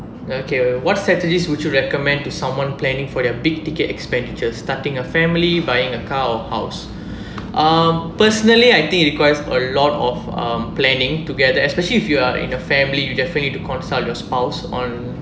okay what strategies would you recommend to someone planning for their big ticket expenditure starting a family buying a car or house um personally I think it requires a lot of um planning together especially if you are in a family you definitely need to consult your spouse on